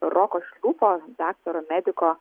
roko šliūpo daktaro mediko